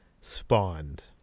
spawned